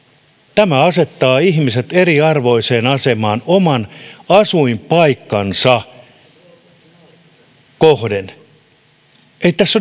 tämä asettaa ihmiset eriarvoiseen asemaan oman asuinpaikkansa perusteella ei tässä